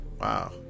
Wow